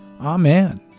Amen